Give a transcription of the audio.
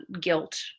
guilt